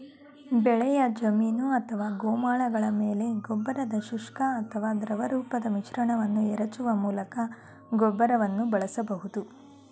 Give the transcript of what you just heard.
ಬೆಳೆಯ ಜಮೀನು ಅಥವಾ ಗೋಮಾಳಗಳ ಮೇಲೆ ಗೊಬ್ಬರದ ಶುಷ್ಕ ಅಥವಾ ದ್ರವರೂಪದ ಮಿಶ್ರಣವನ್ನು ಎರಚುವ ಮೂಲಕ ಗೊಬ್ಬರವನ್ನು ಬಳಸಬಹುದು